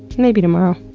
maybe tomorrow.